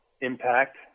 impact